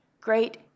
Great